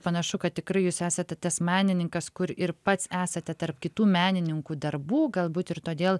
panašu kad tikrai jūs esate tas menininkas kur ir pats esate tarp kitų menininkų darbų galbūt ir todėl